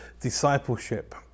discipleship